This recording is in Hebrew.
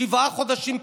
שבעה חודשים פנימה?